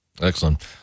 Excellent